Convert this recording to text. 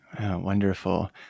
Wonderful